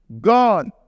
God